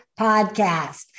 Podcast